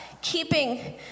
keeping